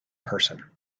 person